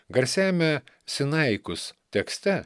garsiajame sinaikus tekste